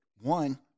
one